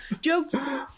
jokes